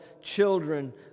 children